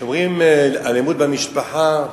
כשאומרים: אלימות במשפחה,